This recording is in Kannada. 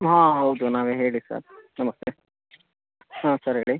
ಹಾಂ ಹೌದು ನಾವೇ ಹೇಳಿ ಸರ್ ನಮಸ್ತೆ ಹಾಂ ಸರ್ ಹೇಳಿ